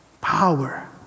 power